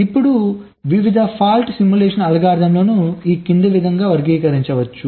ఇప్పుడు వివిధ fault simulation అల్గోరిథంలను ఈ క్రింది విధంగా వర్గీకరించవచ్చు